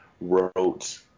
wrote